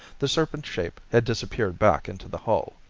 the serpent shape had disappeared back into the hull.